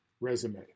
Resume